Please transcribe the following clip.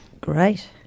Great